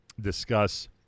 discuss